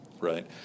right